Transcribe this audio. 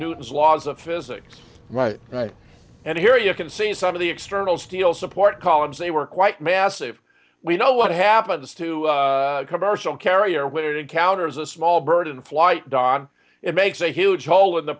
newton's laws of physics right right and here you can see some of the external steel support columns they were quite massive we know what happens to commercial carrier when it encounters a small bird in flight don it makes a huge hole in the